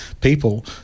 people